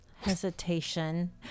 Hesitation